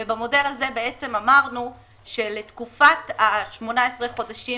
ובו אמרנו שלתקופת ה-18 חודשים